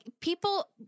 people